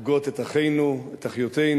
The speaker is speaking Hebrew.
הורגות את אחינו, את אחיותינו,